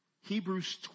Hebrews